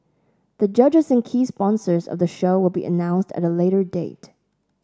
the judges and key sponsors of the show will be announced at a later date